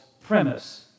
premise